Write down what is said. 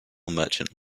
merchant